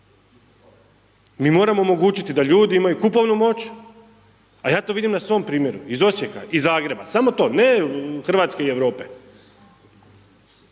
Mi moramo omogućiti da ljudi imaju kupovnu moć, a ja to vidim na svom primjeru iz Osijeka i Zagreba. Samo to, ne Hrvatske i Europe.